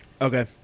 Okay